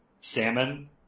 salmon